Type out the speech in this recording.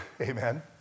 amen